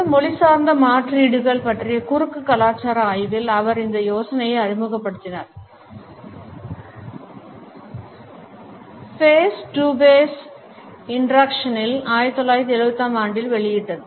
உள்ள மொழிசார்ந்த மாற்றீடுகள் பற்றிய குறுக்கு கலாச்சார ஆய்வில் அவர் இந்த யோசனையை அறிமுகப்படுத்தினார் ஃபேஸ் டு ஃபேஸ் இன்டராக்ஷனில் 1975ஆண்டில் வெளியிடப்பட்டது